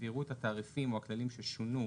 ויראו את התעריפים או הכלים ששונו,